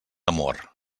amor